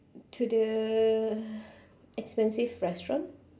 to the expensive restaurant